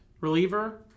reliever